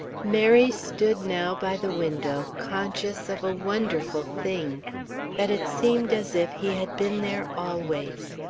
mary stood now by the window conscious of a wonderful thing that it seemed as if he had been there always.